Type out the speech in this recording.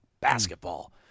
Basketball